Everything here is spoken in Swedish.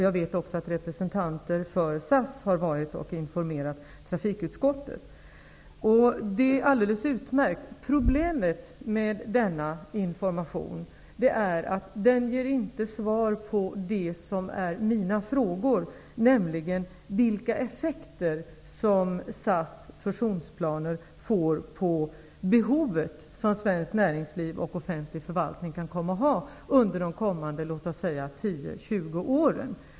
Jag vet också att representanter för SAS har varit och informerat trafikutskottet. Det är alldeles utmärkt. Problemet med denna information är att den inte ger svar på mina frågor, nämligen vilka effekter SAS fusionsplaner får på det behov som svenskt näringsliv och offentlig förvaltning kan komma att ha under de kommande 10--20 åren.